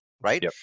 right